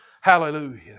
Hallelujah